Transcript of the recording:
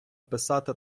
писати